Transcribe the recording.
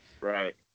right